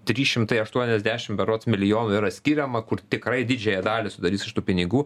trys šimtai aštuoniasdešimt berods milijonų yra skiriama kur tikrai didžiąją dalį sudarys iš tų pinigų